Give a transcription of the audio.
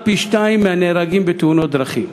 פי-שניים ממספר הנהרגים בתאונות דרכים,